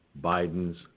Biden's